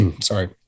Sorry